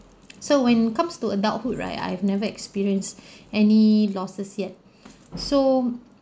so when comes to adulthood right I've never experienced any losses yet so